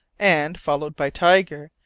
and, followed by tiger,